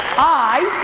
i,